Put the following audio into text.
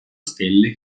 stelle